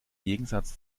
gegensatz